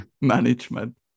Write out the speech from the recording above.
management